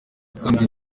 kandi